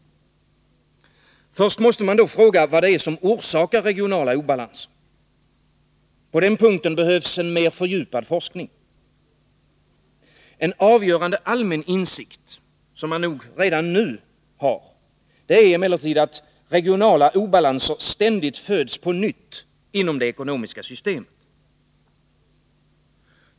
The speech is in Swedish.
Först måste man fråga vad som orsakar regionala obalanser. På den punkten behövs en mer fördjupad forskning. En avgörande allmän insikt, som man nog redan nu har, är emellertid att regionala obalanser ständigt föds på nytt inom det ekonomiska systemet.